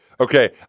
okay